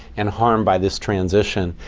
and harmed by this transition.